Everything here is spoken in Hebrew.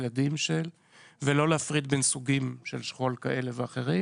ילדים של ולא להפריד בין סוגים של שכול כאלה ואחרים